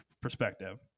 perspective